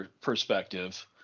perspective